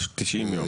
90 יום.